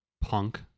Punk